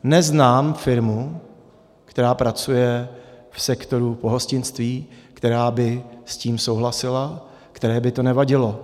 Neznám firmu, která pracuje v sektoru pohostinství, která by s tím souhlasila, které by to nevadilo.